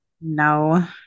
No